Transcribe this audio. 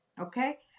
okay